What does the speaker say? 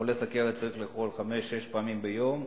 חולה סוכרת צריך לאכול חמש, שש פעמים ביום,